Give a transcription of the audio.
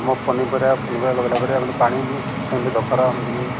ମୋ ପନିପରିବା ଲଗାଇଲା ପରେ ଆମି ପାଣି ବି ସଫିସିଏଣ୍ଟ ଏମିତି ଦରକାର ଏମିତିକି